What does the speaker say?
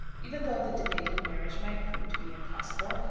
even though the debated marriage might prove to be impossible,